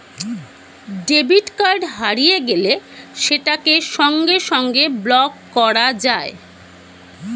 debit card হারিয়ে গেলে সেটাকে সঙ্গে সঙ্গে ব্লক করা যায়